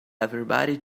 everybody